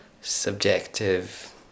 subjective